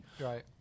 Right